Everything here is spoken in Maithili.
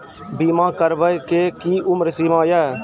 बीमा करबे के कि उम्र सीमा या?